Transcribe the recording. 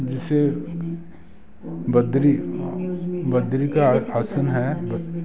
ਜਿਵੇਂ ਬੱਦਰੀ ਬੱਦਰੀ ਕਾ ਆਸਣ ਹੈ ਬ